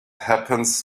happens